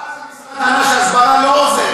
כבר אז המשרד ענה שהסברה לא עוזרת.